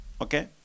Okay